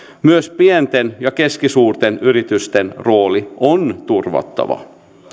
myös pienten ja keskisuurten yritysten rooli on turvattava